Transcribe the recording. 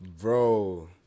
bro